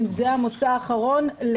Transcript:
אם זה המוצא האחרון,